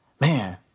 Man